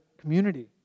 community